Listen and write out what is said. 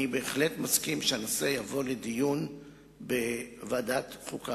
אני בהחלט מסכים שהנושא יבוא לדיון בוועדת החוקה,